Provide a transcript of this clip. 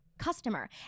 customer